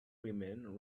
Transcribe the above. women